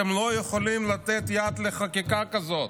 אתם לא יכולים לתת יד לחקיקה כזאת.